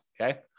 okay